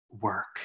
work